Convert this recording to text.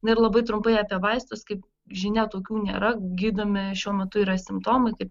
na ir labai trumpai apie vaistus kaip žinia tokių nėra gydomi šiuo metu yra simptomai kaip